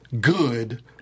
good